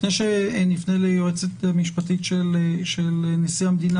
לפני שנהנה ליועצת המשפטית של נשיא המדינה,